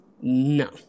no